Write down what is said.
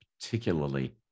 particularly